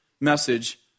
message